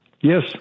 Yes